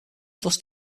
thus